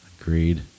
Agreed